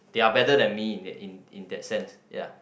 they are better than me in it in in that sense ya